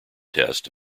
test